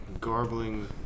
garbling